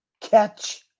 catch